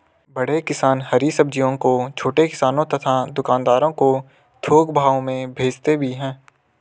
बड़े किसान हरी सब्जियों को छोटे किसानों तथा दुकानदारों को थोक भाव में भेजते भी हैं